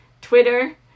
Twitter